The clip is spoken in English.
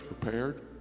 prepared